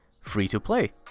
free-to-play